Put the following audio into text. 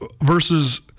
versus